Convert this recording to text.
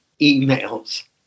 emails